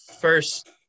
first